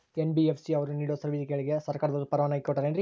NBFC ಅವರು ನೇಡೋ ಸೇವೆಗಳಿಗೆ ಸರ್ಕಾರದವರು ಪರವಾನಗಿ ಕೊಟ್ಟಾರೇನ್ರಿ?